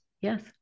Yes